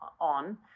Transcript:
on